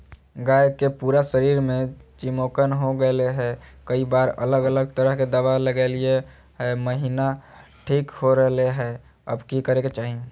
गाय के पूरा शरीर में चिमोकन हो गेलै है, कई बार अलग अलग तरह के दवा ल्गैलिए है महिना ठीक हो रहले है, अब की करे के चाही?